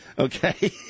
Okay